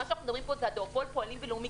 מה שאנחנו מדברים פה זה על דואופול פועלים ולאומי,